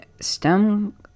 STEM